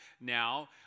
now